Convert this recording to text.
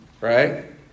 right